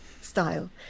style